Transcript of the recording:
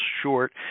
short